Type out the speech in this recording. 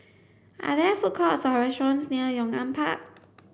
are there food courts or restaurants near Yong An Park